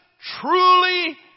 truly